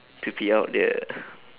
to pee out the